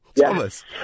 Thomas